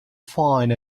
find